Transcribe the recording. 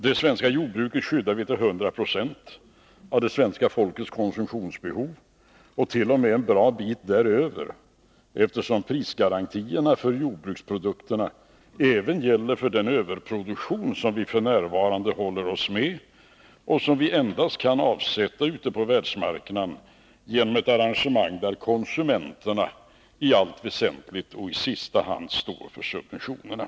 Det svenska jordbruket skyddar vi till 100 96 av det svenska folkets konsumtionsbehov och t.o.m. en bra bit däröver, eftersom prisgarantierna för jordbruksprodukterna även gäller för den överproduktion som vi f.n. håller oss med och som vi endast kan avsätta ute på världsmarknaden genom ett arrangemang där konsumenterna i allt väsentligt och i sista hand står för subventionerna.